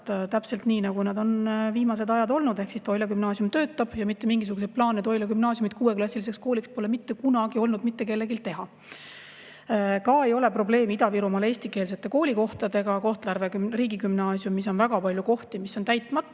täpselt nii, nagu nad on viimased ajad olnud, ehk Toila Gümnaasium töötab ja mitte mingisuguseid plaane Toila Gümnaasiumi kuueklassiliseks kooliks teha pole mitte kunagi olnud mitte kellelgi. Ka ei ole probleemi Ida-Virumaal eestikeelsete koolikohtadega. Kohtla-Järve riigigümnaasiumis on väga palju kohti, mis on täitmata.